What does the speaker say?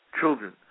children